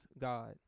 God